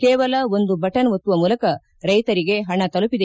ಕೇವಲ ಒಂದು ಬಟನ್ ಒತ್ತುವ ಮೂಲಕ ರೈತರಿಗೆ ಹಣ ತಲುಪಿದೆ